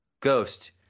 Ghost